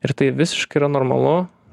ir tai visiškai yra normalu